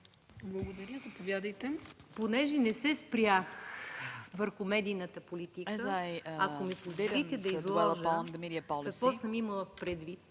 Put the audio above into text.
Благодаря. Заповядайте,